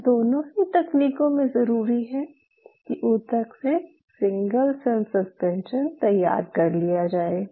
इन दोनों ही तकनीकों में ज़रूरी है कि ऊतक से सिंगल सेल सस्पेंशन तैयार कर लिया जाये